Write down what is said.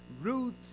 Ruth